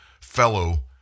fellow